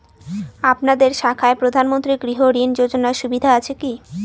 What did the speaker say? আপনাদের শাখায় প্রধানমন্ত্রী গৃহ ঋণ যোজনার সুবিধা আছে কি?